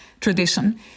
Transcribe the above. tradition